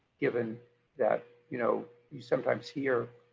given that you know you sometimes hear